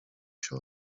się